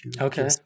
Okay